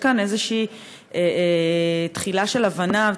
יש כאן איזו תחילה של הבנה,